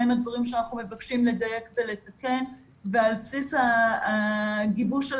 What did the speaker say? מה הם הדברים שאנחנו מבקשים לדייק ולתקן ועל בסיס הגיבוש של